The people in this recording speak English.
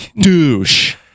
Douche